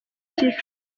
kicukiro